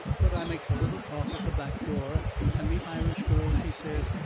but i makes a little talk at the back door and the irish girl she says,